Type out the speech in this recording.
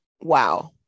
Wow